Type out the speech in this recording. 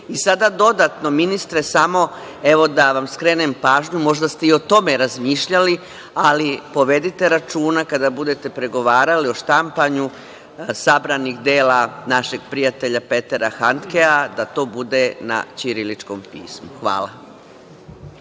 Sada dodatno ministre, evo da vam skrenem pažnju, možda ste i o tome razmišljali, ali povedite računa kada budete pregovarali o štampanju sabranih dela našeg prijatelja Petera Handkea da to bude na ćiriličkom pismu. Hvala.